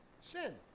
sin